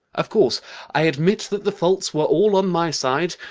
of course i admit that the faults were all on my side.